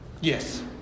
Yes